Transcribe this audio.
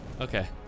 okay